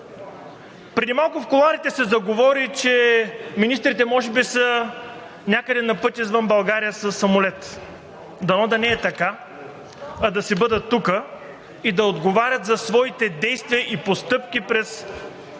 Преди малко в кулоарите се заговори, че министрите може би са някъде напът извън България със самолет. Дано да не е така, а да си бъдат тук и да отговарят за своите действия и постъпки през